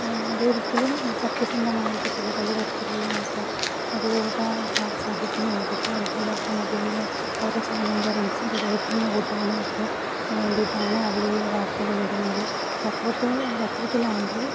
അതൊരിക്കലും സത്യസന്ധമായിരിക്കത്തില്ല പലതരത്തിലുള്ള ആൾക്കാർ അവരവരുടെ കാര്യസാധ്യത്തിനു വേണ്ടീട്ടോ അല്ലെങ്കിൽ അവരുടെ മൊബൈലിൽ അവരുടെ ചാനലിൻ്റെ റീച്ചിൻ്റെ റേറ്റിംഗ് കൂട്ടാനും ഒക്കെ വേണ്ടിയിട്ടാണ് അവർ ഈ വാർത്തകൾ ഇടുന്നത് പത്രത്തെ പത്രത്തിലാകുമ്പോൾ